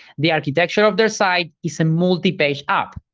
the architecture of their site is a multi-page app.